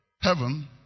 heaven